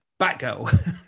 Batgirl